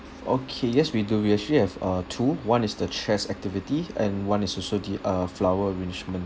okay yes we do we actually have uh two one is the chess activity and one is also the uh flower arrangement